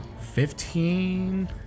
Fifteen